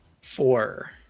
four